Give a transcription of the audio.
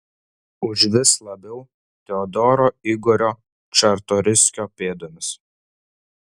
užvis labiau teodoro igorio čartoriskio pėdomis